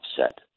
upset